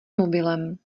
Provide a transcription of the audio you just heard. mobilem